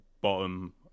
bottom